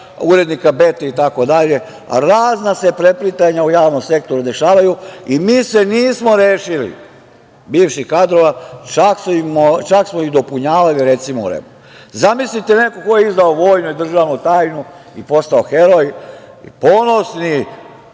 urednika Bete i tako dalje. Razna se preplitanja u javnom sektoru dešavaju i mi se nismo rešili bivših kadrova čak su dopunjavali. Zamislite nek ko je izdao vojnu i državnu tajnu i postao heroj, ponosni